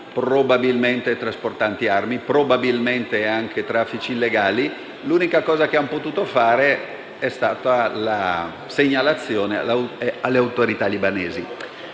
probabilmente trasportavano armi e si dedicavano a traffici illegali e l'unica cosa che hanno potuto fare è stata la segnalazione alle autorità libanesi.